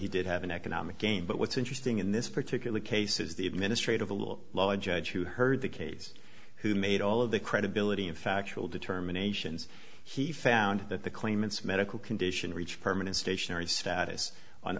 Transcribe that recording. he did have an economic gain but what's interesting in this particular case is the administrative a little lower judge who heard the case who made all of the credibility of factual determinations he found that the claimants medical condition reached permanent stationary status on